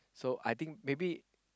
so I think maybe